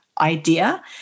idea